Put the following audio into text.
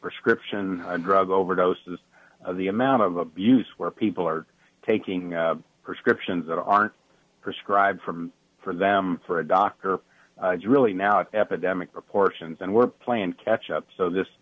prescription drug overdoses the amount of abuse where people are taking prescriptions that aren't prescribed for them for a doctor is really now at epidemic proportions and we're playing catch up so this